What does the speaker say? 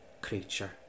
creature